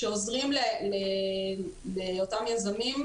שבהיותם יזמים,